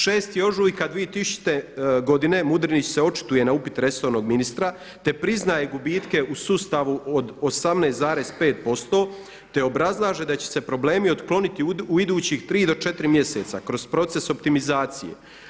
6. ožujka 2000. godine Mudrinić se očituje na upit resornog ministra te priznaje gubitke u sustavu od 18,5% te obrazlaže da će se problemi otkloniti u idućih 3 do 4 mjeseca kroz proces optimizacije.